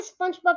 Spongebob